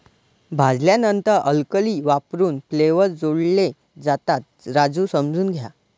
भाजल्यानंतर अल्कली वापरून फ्लेवर्स जोडले जातात, राजू समजून घ्या